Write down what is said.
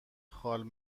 خال